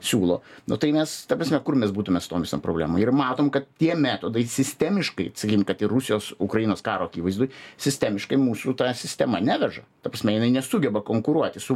siūlo nu tai mes ta prasme kur mes būtume su tom visom problemom ir matom kad tie metodai sistemiškai sakykim kad ir rusijos ukrainos karo akivaizdoj sistemiškai mūsų ta sistema neveža ta prasme jinai nesugeba konkuruoti su